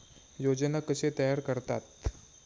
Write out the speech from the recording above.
योजना कशे तयार करतात?